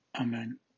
Amen